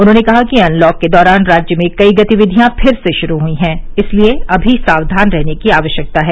उन्होंने कहा कि अनलॉक के दौरान राज्य में कई गतिविधियां फिर से शुरू हुई हैं इसलिए अभी सावधान रहने की आवश्यकता है